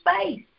space